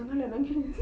jangan lah nangis